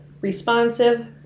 responsive